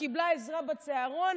קיבלה עזרה בצהרון?